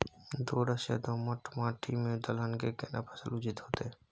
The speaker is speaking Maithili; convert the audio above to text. दोरस या दोमट माटी में दलहन के केना फसल उचित होतै?